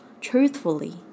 truthfully